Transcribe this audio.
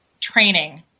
training